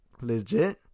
legit